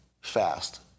fast